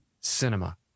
cinema